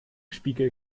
spiegel